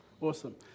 Awesome